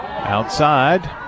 outside